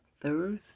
thursday